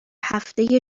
هفته